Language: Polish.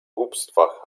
głupstwach